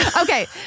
Okay